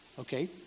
okay